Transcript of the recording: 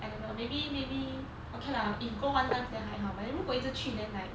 I don't know maybe maybe okay lah if you go one times then 还好 but then 如果一直去 then like